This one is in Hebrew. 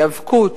היאבקות,